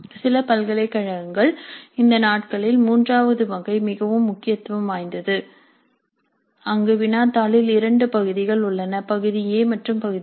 சில பல்கலைக்கழகங்களில் இந்த நாட்களில் 3 வது வகை மிகவும் முக்கியத்துவம் வாய்ந்தது அங்கு வினாத்தாளில் இரண்டு பகுதிகள் உள்ளன பகுதி ஏ மற்றும் பகுதி பி